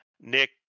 Nick